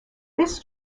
this